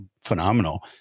phenomenal